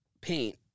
paint